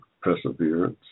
perseverance